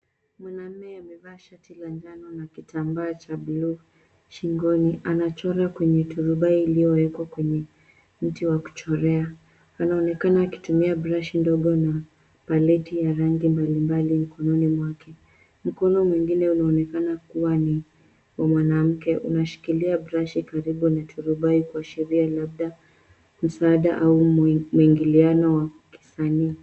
Mwanaume amevaa shati la njano na kitambaa cha buluu shingoni. Anachora kwenye turubai iliyowekwa kwenye mti wa kuchorea. Anaonekana akitumia brashi ndogo na pallet ya rangi mbalimbali mkononi mwake. Mkono mwingine unaonekana kuwa ni wa mwanamke, unashikilia brashi karibu na turubai kuashiria labda msaada au mwingiliano wa kisanii.